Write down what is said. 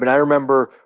but i remember,